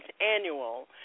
annual